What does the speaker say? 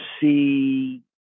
see